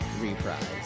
reprise